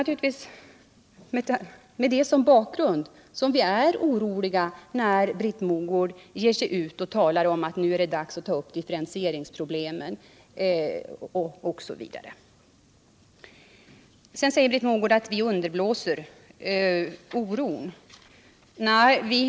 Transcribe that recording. Det är naturligtvis med det som bakgrund som vi är oroliga när Britt Mogård ger sig ut och talar om att det nu är dags att ta upp differentieringsproblemen osv. Sedan säger Britt Mogård att vi underblåser oron beträffande SIA reformen.